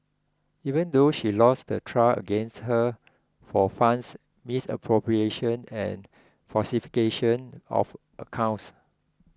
even though she lost the trial against her for funds misappropriation and falsification of accounts